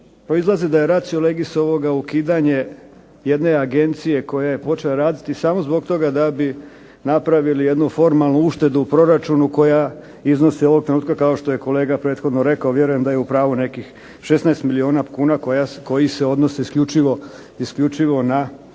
proizlazi da je racio legis ovoga ukidanje jedne agencije koja je počela raditi samo zbog toga da bi napravili jednu formalnu uštedu u proračunu koja iznosi ovog trenutka kao što je kolega prethodno rekao, vjerujem da je u pravu, nekih 16 milijuna kuna koji se odnose isključivo na nominalno